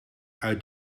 uit